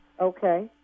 Okay